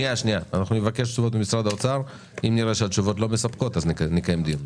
אם הן לא יהיו מספקות, נקיים דיון.